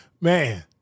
Man